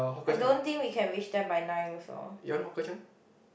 I don't think we can reach there by nine also